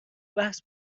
بحث